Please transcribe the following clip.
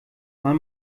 man